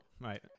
Right